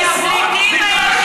פליטים הם לא.